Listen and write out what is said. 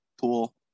pool